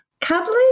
Cuddly